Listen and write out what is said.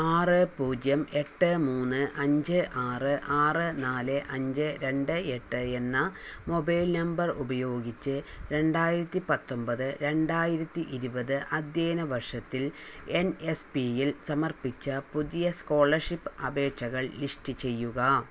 ആറ് പൂജ്യം എട്ട് മൂന്ന് അഞ്ച് ആറ് ആറ് നാല് അഞ്ച് രണ്ട് എട്ട് എന്ന മൊബൈൽ നമ്പർ ഉപയോഗിച്ച് രണ്ടായിരത്തി പത്തൊമ്പത് രണ്ടായിരത്തിയിരുപത് അധ്യേന വർഷത്തിൽ എൻ എസ് പി യിൽ സമർപ്പിച്ച പുതിയ സ്കോളർഷിപ്പ് അപേക്ഷകൾ ലിസ്റ്റ് ചെയ്യുക